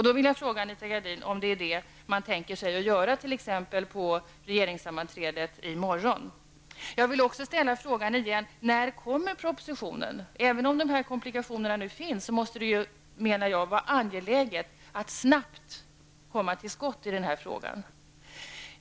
Då vill jag fråga Anita Gradin om man tänker sig att göra det vid t.ex. Jag vill vidare ställa igen frågan: När kommer propositionen? Även om det nu finns komplikationer, måste det vara angeläget att snabbt komma till skott i denna fråga.